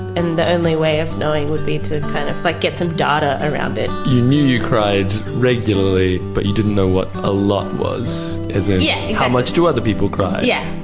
and the only way of knowing would be to kind of like get some data around it. you knew you cried regularly, but you didn't know what a lot was, as in yeah how much do other people cry? yeah